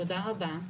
תודה רבה,